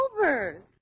over